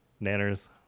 Nanners